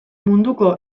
munduko